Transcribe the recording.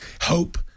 hope